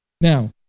Now